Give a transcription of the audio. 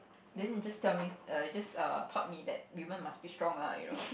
then it just tell me err just err taught me that women must be strong ah you know